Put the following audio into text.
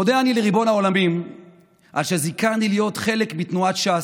מודה אני לריבון העולמים על שזיכני להיות חלק מתנועת ש"ס,